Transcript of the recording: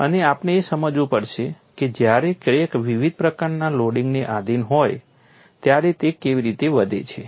અને આપણે એ સમજવું પડશે કે જ્યારે ક્રેક વિવિધ પ્રકારના લોડિંગને આધિન હોય ત્યારે તે કેવી રીતે વધે છે